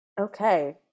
okay